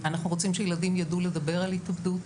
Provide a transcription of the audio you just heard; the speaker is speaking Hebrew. אנחנו רוצים שילדים יידעו לדבר על התאבדות.